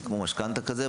זה כמו משכנתא כזה,